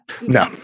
No